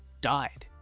died.